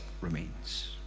remains